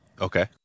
Okay